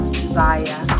desire